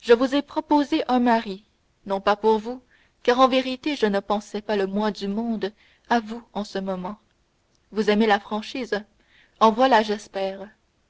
je vous ai proposé un mari non pas pour vous car en vérité je ne pensais pas le moins du monde à vous en ce moment vous aimez la franchise en voilà j'espère